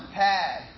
pad